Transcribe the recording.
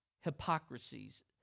hypocrisies